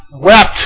wept